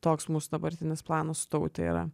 toks mūsų dabartinis planas su taute yra